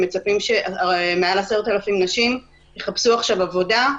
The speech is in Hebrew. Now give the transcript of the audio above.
מצפים שמעל 10,000 נשים יחפשו עכשיו עבודה,